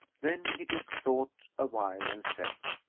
then he took thought awhile and said,